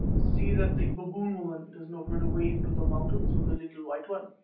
see that the baboon-woman does not run away into the mountains with the little white one,